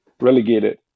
relegated